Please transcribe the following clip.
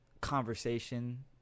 conversation